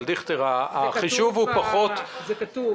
זה כתוב.